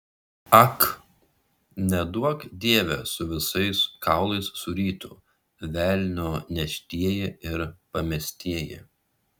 ak neduok dieve su visais kaulais surytų velnio neštieji ir pamestieji